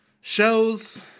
shows